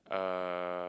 uh